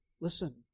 listen